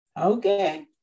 okay